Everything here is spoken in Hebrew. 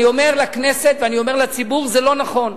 אני אומר לכנסת ואני אומר לציבור: זה לא נכון.